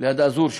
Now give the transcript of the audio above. ליד אזור שם.